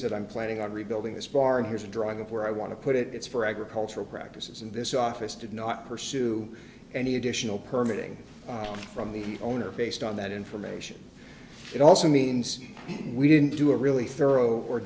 said i'm planning on rebuilding this bar and here's a drawing of where i want to put it it's for agricultural practices and this office did not pursue any additional permit ing from the owner based on that information it also means we didn't do a really thorough or